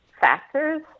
factors